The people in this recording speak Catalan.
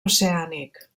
oceànic